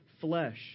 flesh